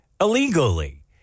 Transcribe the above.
illegally